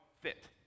fit